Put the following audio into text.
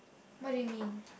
what do you mean